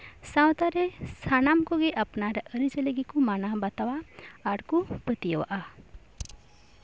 ᱥᱟᱶᱛᱟ ᱨᱮ ᱥᱟᱱᱟᱢ ᱠᱚᱜᱮ ᱟᱯᱱᱟᱨ ᱟᱹᱨᱤᱪᱟᱹᱞᱤ ᱜᱮᱠᱚ ᱢᱟᱱᱟᱣ ᱵᱟᱛᱟᱣᱟ ᱟᱨ ᱠᱚ ᱯᱟᱹᱛᱭᱟᱹᱣ ᱟᱜᱼᱟ